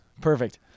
Perfect